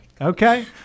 Okay